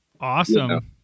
Awesome